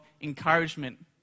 encouragement